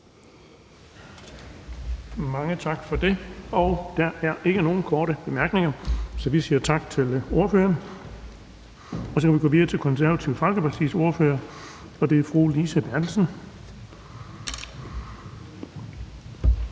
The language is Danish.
(Erling Bonnesen): Der er ikke nogen korte bemærkninger, så vi siger tak til ordføreren. Så kan vi gå videre til Det Konservative Folkepartis ordfører, og det er fru Lise Bertelsen.